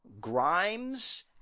Grimes